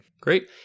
Great